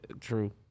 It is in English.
True